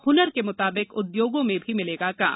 हनर के मुताबिक उदयोगों में भी मिलेगा काम